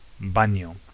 baño